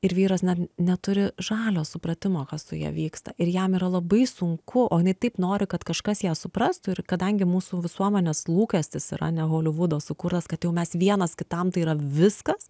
ir vyras na neturi žalio supratimo kas su ja vyksta ir jam yra labai sunku o jinai taip nori kad kažkas ją suprastų ir kadangi mūsų visuomenės lūkestis yra ane holivudo sukurtas kad jau mes vienas kitam tai yra viskas